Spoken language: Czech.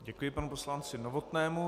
Děkuji panu poslanci Novotnému.